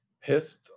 pissed